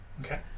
Okay